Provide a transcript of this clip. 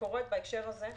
שקורית בהקשר הזה,